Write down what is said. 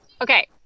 okay